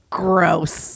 gross